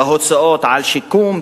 בהוצאות על שיקום,